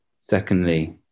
secondly